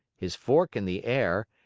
his fork in the air,